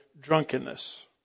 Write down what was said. drunkenness